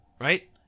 right